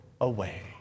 away